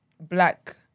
black